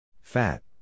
Fat